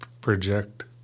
project